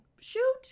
shoot